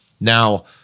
Now